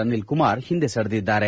ಅನಿಲ್ ಕುಮಾರ್ ಹಿಂದೆ ಸರಿದಿದ್ದಾರೆ